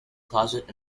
closet